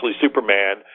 Superman